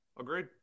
Agreed